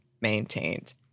maintained